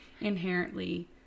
inherently